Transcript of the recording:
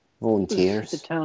volunteers